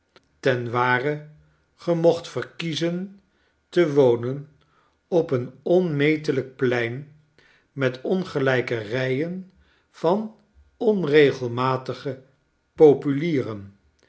ten ware gemocht verkiezen te wonen op een onmetelijk plein met ongelijke rijen van onregelmatige populieren